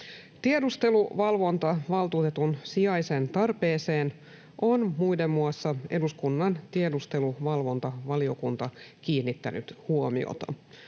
Tiedusteluvalvontavaltuutetun sijaisen tarpeeseen on muiden muassa eduskunnan tiedusteluvalvontavaliokunta kiinnittänyt huomiota.